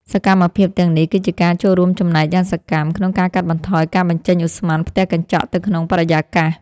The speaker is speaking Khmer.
សកម្មភាពទាំងនេះគឺជាការចូលរួមចំណែកយ៉ាងសកម្ម ក្នុងការកាត់បន្ថយការបញ្ចេញឧស្ម័នផ្ទះកញ្ចក់ទៅក្នុងបរិយាកាស។